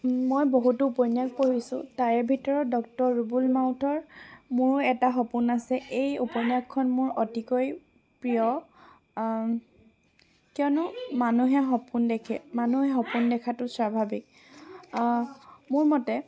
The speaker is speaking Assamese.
মই বহুতো উপন্যাস পঢ়িছোঁ তাৰে ভিতৰত ডক্টৰ ৰুবুল মাউতৰ মোৰো এটা সপোন আছে এই উপন্যাসখন মোৰ অতিকৈ প্ৰিয় কিয়নো মানুহে সপোন দেখে মানুহে সপোন দেখাতো স্বাভাৱিক মোৰ মতে